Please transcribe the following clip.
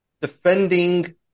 defending